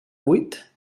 huit